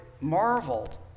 marveled